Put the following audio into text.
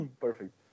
perfect